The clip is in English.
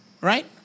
right